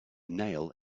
nail